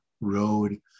road